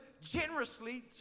generously